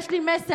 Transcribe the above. יש לי מסר,